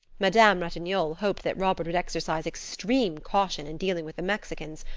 madame ratignolle hoped that robert would exercise extreme caution in dealing with the mexicans,